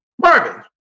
Marvin